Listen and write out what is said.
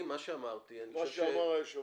שאנחנו